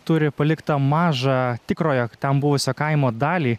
turi paliktą mažą tikrojo ten buvusio kaimo dalį